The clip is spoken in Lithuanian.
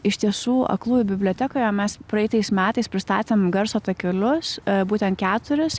iš tiesų aklųjų bibliotekoje mes praeitais metais pristatėm garso takelius būtent keturis